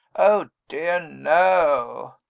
oh, dear, no!